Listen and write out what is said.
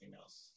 else